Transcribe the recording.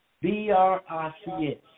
B-R-I-C-S